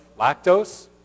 lactose